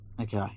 Okay